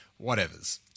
whatever's